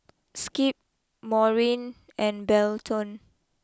Skip Maurine and Belton